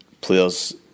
players